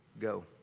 Go